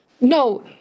No